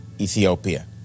Ethiopia